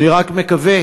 אני רק מקווה